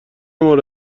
مورد